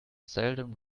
seldom